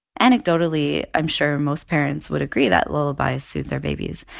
anecdotally, i'm sure most parents would agree that lullabies soothe their babies.